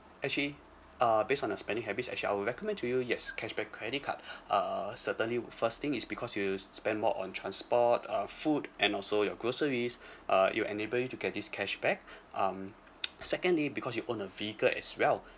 actually uh based on the spending habits actually I'll recommend to you yes cashback credit card uh certainly would first thing is because you spend more on transport uh food and also your groceries uh it will enable you to get this cashback um secondly because you own a vehicle as well